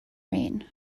rain